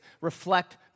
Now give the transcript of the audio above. reflect